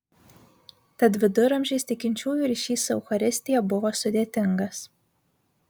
tad viduramžiais tikinčiųjų ryšys su eucharistija buvo sudėtingas